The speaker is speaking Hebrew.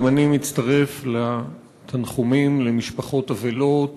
גם אני מצטרף לתנחומים למשפחות האבלות